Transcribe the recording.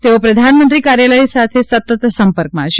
તેઓ પ્રધાનમંત્રી કાર્યાલય સાથે સતત સંપર્કમાં છે